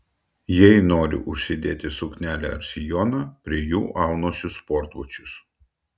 jei noriu užsidėti suknelę ar sijoną prie jų aunuosi sportbačius